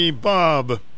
Bob